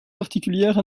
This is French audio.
particulière